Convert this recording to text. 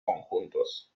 conjuntos